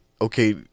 okay